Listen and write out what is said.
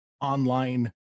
online